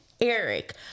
Eric